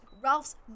Ralph's